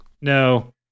No